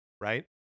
right